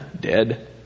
dead